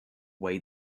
way